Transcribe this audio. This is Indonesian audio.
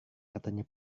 katanya